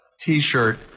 T-shirt